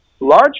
large